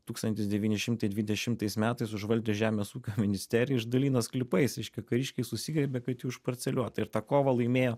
tūkstantis devyni šimtai dvidešimtais metais užvaldė žemės ūkio ministerija išdalino sklypais reiškia kariškiai susigriebė kad jau išparceliuota ir tą kovą laimėjo